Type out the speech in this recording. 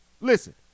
Listen